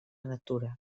natura